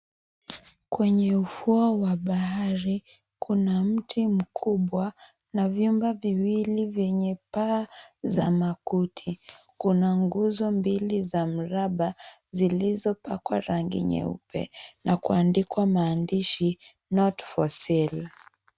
Kwenye ufuo wa bahari, kuna mti mkubwa na vyumba viwili vyenye paa za makuti. Kuna nguzo mbili za mraba zilizopakwa rangi nyeupe na kuandikwa maandishi not for sale .